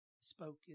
spoken